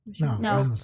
No